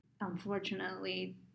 unfortunately